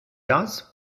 does